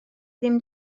ddim